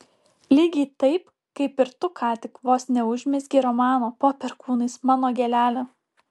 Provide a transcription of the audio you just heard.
lygiai taip kaip ir tu ką tik vos neužmezgei romano po perkūnais mano gėlele